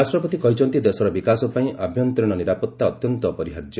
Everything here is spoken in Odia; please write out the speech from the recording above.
ରାଷ୍ଟ୍ରପତି କହିଛନ୍ତି ଦେଶର ବିକାଶ ପାଇଁ ଆଭ୍ୟନ୍ତରୀଣ ନିରାପତ୍ତା ଅତ୍ୟନ୍ତ ଅପରିହାର୍ଯ୍ୟ